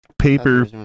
paper